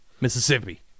Mississippi